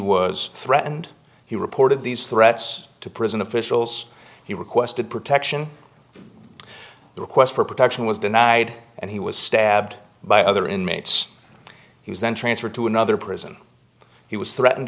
was threatened he reported these threats to prison officials he requested protection the request for protection was denied and he was stabbed by other inmates he was then transferred to another prison he was threatened